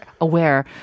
Aware